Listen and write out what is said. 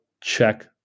check